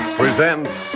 presents